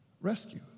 Rescue